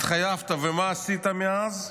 התחייבת, ומה עשית מאז?